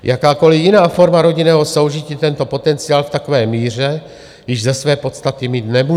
Jakákoliv jiná forma rodinného soužití tento potenciál v takové míře již ze své podstaty mít nemůže.